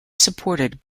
supported